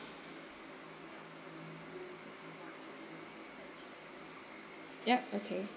yup okay